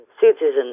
citizens